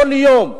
כל יום,